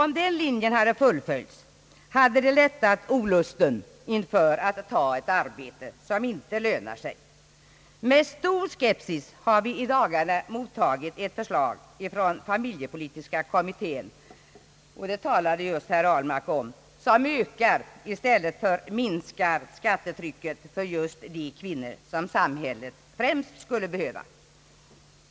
Om den linjen hade fullföljts, hade det lättat olusten bland många kvinnor inför att ta ett arbete som inte lönar sig. Med stor skepsis har vi i dagarna mottagit ett förslag från familjepolitiska kommittén — det talade just herr Ahlmark om — som ökar i stället för minskar skattetrycket för just de kvinnor som samhället främst skulle behöva.